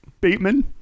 Bateman